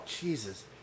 Jesus